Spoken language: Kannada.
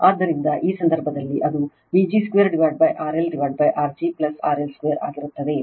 ಆದ್ದರಿಂದ ಆ ಸಂದರ್ಭದಲ್ಲಿ ಅದು Vg 2RLR g RL2 ಆಗಿರುತ್ತದೆ